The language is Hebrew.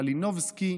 מלינובסקי,